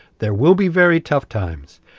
there will be very tough times,